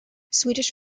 swedish